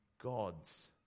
God's